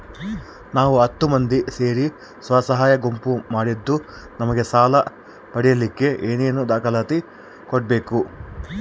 ನಾವು ಹತ್ತು ಮಂದಿ ಸೇರಿ ಸ್ವಸಹಾಯ ಗುಂಪು ಮಾಡಿದ್ದೂ ನಮಗೆ ಸಾಲ ಪಡೇಲಿಕ್ಕ ಏನೇನು ದಾಖಲಾತಿ ಕೊಡ್ಬೇಕು?